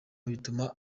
bituma